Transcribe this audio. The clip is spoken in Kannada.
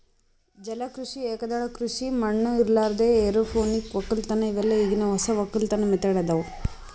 ಜಲ ಕೃಷಿ, ಏಕದಳ ಕೃಷಿ ಮಣ್ಣ ಇರಲಾರ್ದೆ ಎರೋಪೋನಿಕ್ ವಕ್ಕಲತನ್ ಇವೆಲ್ಲ ಈಗಿನ್ ಹೊಸ ವಕ್ಕಲತನ್ ಮೆಥಡ್ ಅದಾವ್